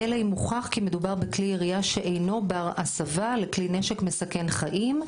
"אלא אם הוכח שמדובר בכלי ירייה שאינו בר הסבה לכלי נשק מסכן חיים".